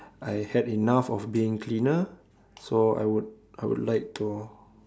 I had enough of being cleaner so I would I would like to